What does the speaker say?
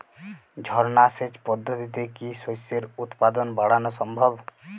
ঝর্না সেচ পদ্ধতিতে কি শস্যের উৎপাদন বাড়ানো সম্ভব?